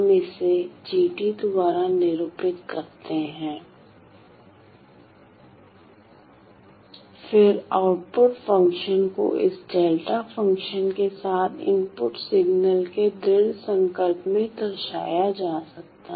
हम इसे g द्वारा निरूपित करते हैं फिर आउटपुट फ़ंक्शन को इस डेल्टा फ़ंक्शन के साथ इनपुट सिग्नल के दृढ़ संकल्प के रूप में दर्शाया जा सकता है